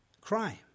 crime